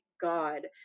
god